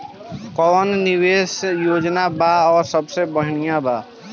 कवन कवन निवेस योजना बा और सबसे बनिहा कवन बा?